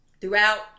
throughout